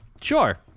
sure